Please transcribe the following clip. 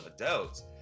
adults